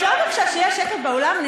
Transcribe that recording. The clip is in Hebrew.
אפשר בבקשה שיהיה שקט באולם?